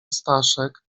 staszek